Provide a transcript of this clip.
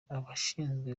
abashinzwe